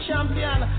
champion